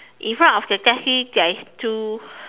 in front of the taxi there is two